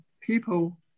people